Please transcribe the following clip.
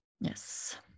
Yes